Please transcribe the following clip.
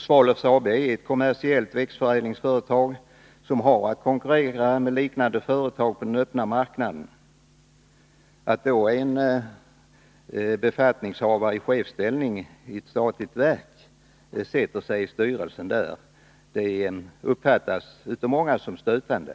Svalöf AB är ett kommersiellt växtförädlingsföretag, som har att konkurrera med liknande företag på den öppna marknaden. Att en befattningshavare i chefsställning i ett statligt verk då sätter sig i styrelsen för detta företag uppfattas av många som stötande.